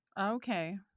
Okay